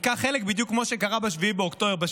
ייקח חלק בדיוק כמו שקרה ב-7 באוקטובר.